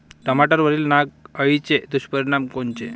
टमाट्यावरील नाग अळीचे दुष्परिणाम कोनचे?